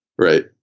Right